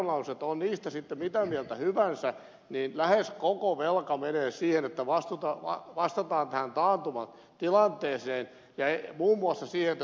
on niistä sitten mitä mieltä hyvänsä niin lähes koko velka menee siihen että vastataan tähän taantumatilanteeseen ja muun muassa siihen että työttömyysturvan menot nousevat huomattavasti